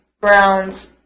Browns